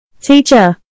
Teacher